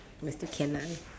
but still can lah